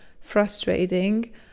frustrating